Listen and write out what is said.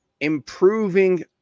improving